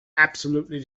absolutely